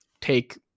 take